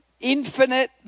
infinite